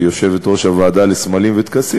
שהיא יושבת-ראש הוועדה לסמלים וטקסים,